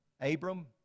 Abram